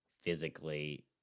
physically